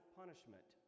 punishment